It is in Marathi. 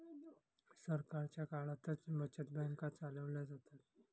सरकारच्या काळातच बचत बँका चालवल्या जातात